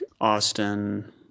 Austin